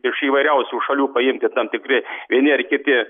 iš įvairiausių šalių paimti tam tikri vieni ar kiti